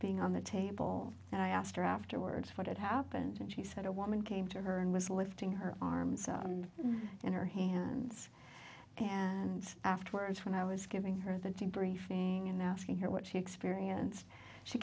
being on the table and i asked her afterwards what had happened and she said a woman came to her and was lifting her arms on in her hands and afterwards when i was giving her the briefing and asking her what she experienced she